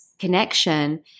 connection